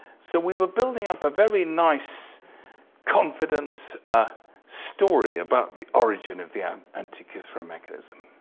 so we were building up a very nice confidence story about the origin of the ah antikythera mechanism.